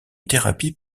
thérapie